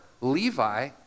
Levi